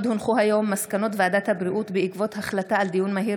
מסקנות ועדת הבריאות בעקבות דיון מהיר